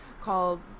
called